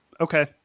okay